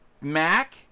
Mac